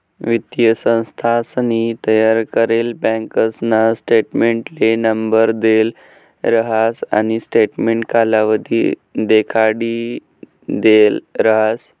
वित्तीय संस्थानसनी तयार करेल बँकासना स्टेटमेंटले नंबर देल राहस आणि स्टेटमेंट कालावधी देखाडिदेल राहस